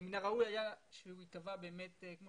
מן הראוי היה שהוא ייקבע, כמו